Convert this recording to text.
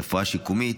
רפואה שיקומית,